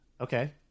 Okay